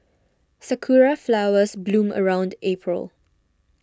sakura flowers bloom around April